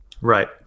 Right